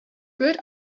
good